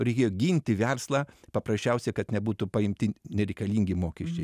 reikėjo ginti verslą paprasčiausia kad nebūtų paimti nereikalingi mokesčiai